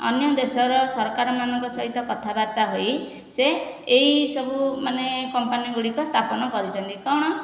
ଅନ୍ୟ ଦେଶର ସରକାର ମାନଙ୍କ ସହିତ କଥାବାର୍ତ୍ତା ହୋଇ ସେ ଏହିସବୁ ମାନେ କମ୍ପାନୀ ଗୁଡ଼ିକ ସ୍ଥାପନ କରିଛନ୍ତି କ'ଣ